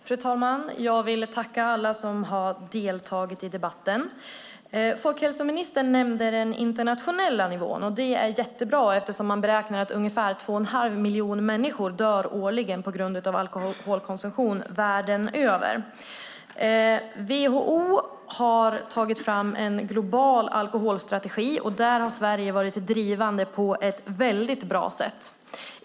Fru talman! Jag vill tacka alla som har deltagit i debatten. Folkhälsoministern nämnde den internationella nivån. Det är jättebra eftersom man beräknar att ungefär två och en halv miljon människor dör årligen på grund av alkoholkonsumtion världen över. WHO har tagit fram en global alkoholstrategi. Där har Sverige varit drivande på ett väldigt bra sätt.